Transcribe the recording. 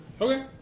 Okay